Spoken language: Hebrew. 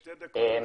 שתי דקות לרשותך.